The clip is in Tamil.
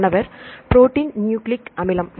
மாணவர் புரோட்டீன் நியூக்ளிக் அமிலம்